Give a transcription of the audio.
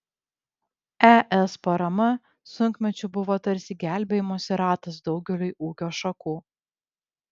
es parama sunkmečiu buvo tarsi gelbėjimosi ratas daugeliui ūkio šakų